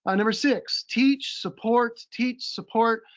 ah number six, teach, support, teach, support.